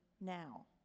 now